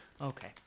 Okay